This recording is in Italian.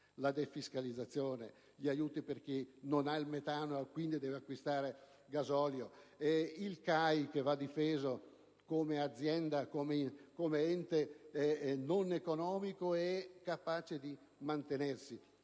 la defiscalizzazione; gli aiuti per chi non ha il metano, quindi deve acquistare il gasolio; il CAI, che va difeso come azienda, come ente non economico, capace di mantenersi.